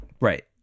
Right